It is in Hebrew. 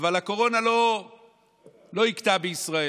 אבל הקורונה לא הכתה בישראל.